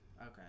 Okay